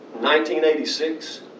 1986